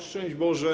Szczęść Boże!